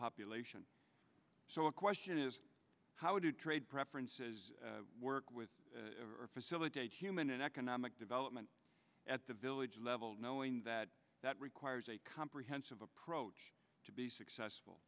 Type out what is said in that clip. population so a question is how do trade preferences work with or facilitate human and economic development at the village level knowing that that requires a comprehensive approach to be successful